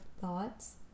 thoughts